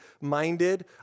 minded